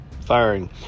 firing